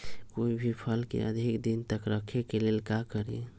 कोई भी फल के अधिक दिन तक रखे के लेल का करी?